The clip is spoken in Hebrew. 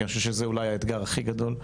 כי אני חושב שזה אולי האתגר הכי גדול,